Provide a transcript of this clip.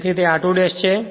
તેથી તે r2 ' છે